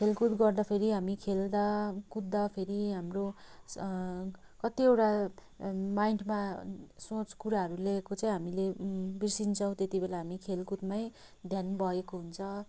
खेलकुद गर्दाखेरि हामी खेल्दा कुद्दाखेरि हाम्रो कतिवटा माइन्डमा सोच कुराहरू लिएको चाहिँ हामीले बिर्सिन्छौँ त्यतिबेला हामी खेलकुदमै ध्यान भएको हुन्छ